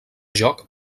joc